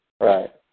Right